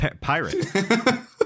Pirate